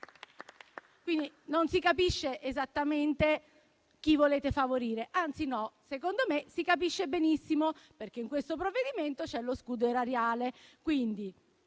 Non si capisce esattamente chi volete favorire. Anzi no, secondo me si capisce benissimo, perché in questo provvedimento c'è lo scudo erariale.